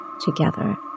together